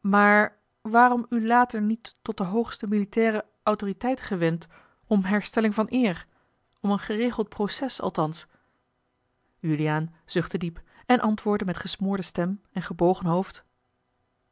maar waarom u later niet tot de hoogste militaire autoriteit gewend om herstelling van eer om een geregeld proces althans juliaan zuchtte diep en antwoordde met gesmoorde stem en gebogen hoofd